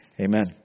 Amen